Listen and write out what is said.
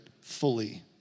fully